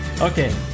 Okay